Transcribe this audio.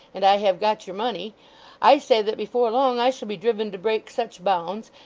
and i have got your money i say, that before long i shall be driven to break such bounds,